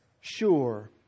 sure